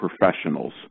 professionals